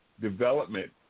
development